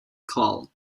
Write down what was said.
call